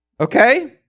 okay